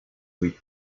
with